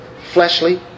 fleshly